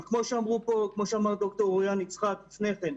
אבל, כמו שאמר ד"ר אוריין יצחק לפני כן,